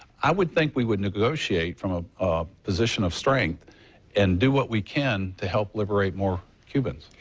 i would think we would negotiate from a position of strength and do what we can to help liberate more cubans.